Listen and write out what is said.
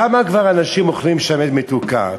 כמה כבר אנשים אוכלים שמנת מתוקה?